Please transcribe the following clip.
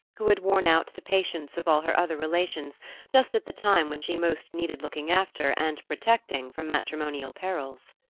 who had worn out the patience of all her other relations just at the time when she most needed looking after and protecting from matrimonial perils.